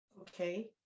Okay